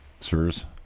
Sirs